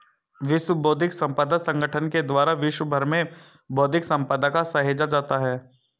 विश्व बौद्धिक संपदा संगठन के द्वारा विश्व भर में बौद्धिक सम्पदा को सहेजा जाता है